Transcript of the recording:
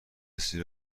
کسی